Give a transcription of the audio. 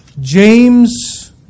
James